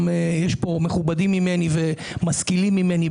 ויש פה מכובדים ממני ומשכילים ממני,